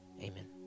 amen